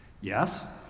Yes